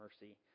mercy